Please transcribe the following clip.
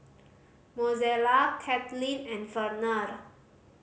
Mozella Cathleen and Verner